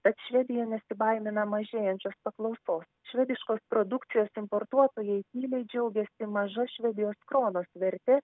tad švedija nesibaimina mažėjančios paklausos švediškos produkcijos importuotojai tyliai džiaugiasi maža švedijos kronos verte